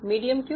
medium क्यों